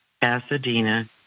Pasadena